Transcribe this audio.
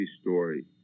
story